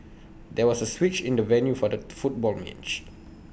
there was A switch in the venue for the football match